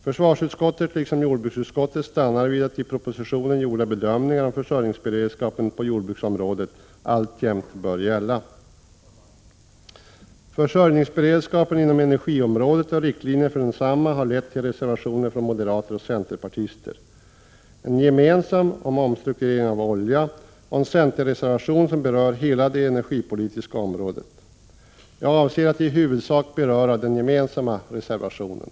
Försvarsutskottet liksom jordbruksutskottet stannar vid att i propositionen gjorda bedömningar om försörjningsberedskapen på jordbruksområdet alltjämt bör gälla. Förslagen när det gäller försörjningsberedskapen inom energiområdet och riktlinjer för densamma har föranlett reservationer från moderater och centerpartister. En gemensam reservation från moderater och centerpartister tar upp frågan om omstruktureringen av ansvaret för oljelagringen, och en centerreservation tar upp hela det energipolitiska området. Jag avser att i huvudsak beröra den gemensamma reservationen.